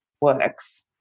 works